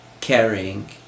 caring